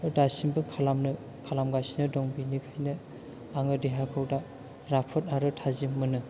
दासिमबो खालामनो आरो खालामगासिनोबो दं बेखायनो आङो देहाखौ राफोद आरो थाजिम मोनो